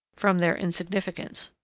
from their insignificance.